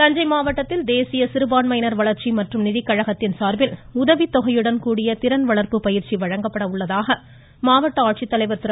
இருவரி தஞ்சை மாவட்டத்தில் தேசிய சிறுபான்மையினர் வளர்ச்சி மற்றும் நிதிக்கழகத்தின் சார்பில் உதவித்தொகையுடன் கூடிய திறன்வளர்ப்பு பயிற்சி வழங்கப்பட உள்ளதாக மாவட்ட ஆட்சித்தலைவர் திரு